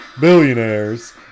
billionaires